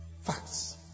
Facts